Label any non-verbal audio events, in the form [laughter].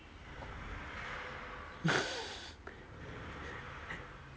[laughs]